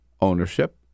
ownership